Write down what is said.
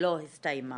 לא הסתיימה.